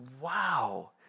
wow